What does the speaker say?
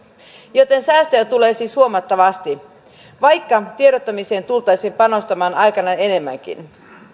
joten säästöjä tulee siis huomattavasti vaikka tiedottamiseen tultaisiin panostamaan aikanaan enemmänkin